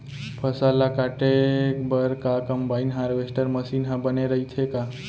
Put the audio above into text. फसल ल काटे बर का कंबाइन हारवेस्टर मशीन ह बने रइथे का?